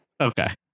Okay